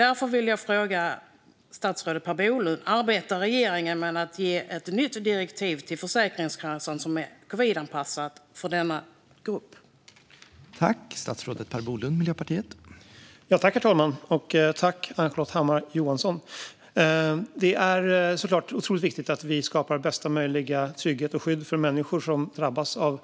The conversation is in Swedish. Därför vill jag fråga statsrådet Per Bolund: Arbetar regeringen med att ge ett nytt direktiv till Försäkringskassan som är covidanpassat för denna grupp?